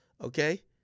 Okay